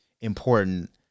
important